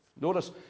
Notice